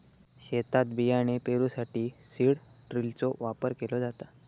शेतात बियाणे पेरूसाठी सीड ड्रिलचो वापर केलो जाता